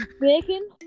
bacon